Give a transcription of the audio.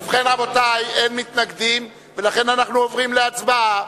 רבותי, אין מתנגדים, לכן אנחנו עוברים להצבעה.